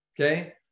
okay